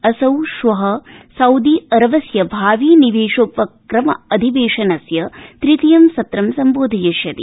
असौ श्व सउदी अरबस्य भावि निवेशोपक्रमाधिवेशनस्य तृतीय ं सत्र संबोधयिष्यति